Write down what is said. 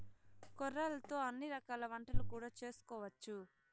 కొర్రలతో అన్ని రకాల వంటలు కూడా చేసుకోవచ్చు